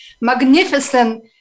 magnificent